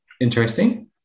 interesting